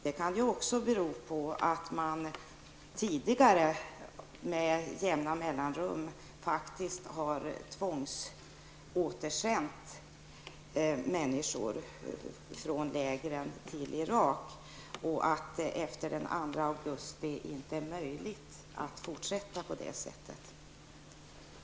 Det kan ju också bero på att man tidigare med jämna mellanrum har tvångsåtersänt människor från lägren till Irak, och att det efter den 2 augusti 1990 inte är möjligt att fortsätta på det sättet.